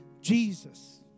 Jesus